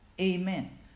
amen